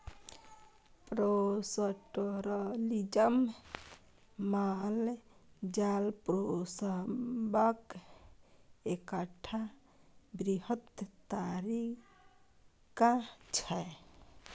pastoralism माल जाल पोसबाक एकटा बृहत तरीका छै